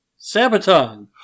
Sabaton